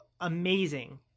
amazing